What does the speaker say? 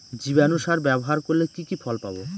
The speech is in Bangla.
জীবাণু সার ব্যাবহার করলে কি কি ফল পাবো?